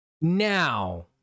Now